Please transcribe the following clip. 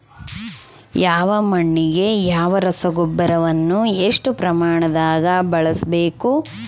ಯಾವ ಮಣ್ಣಿಗೆ ಯಾವ ರಸಗೊಬ್ಬರವನ್ನು ಎಷ್ಟು ಪ್ರಮಾಣದಾಗ ಬಳಸ್ಬೇಕು?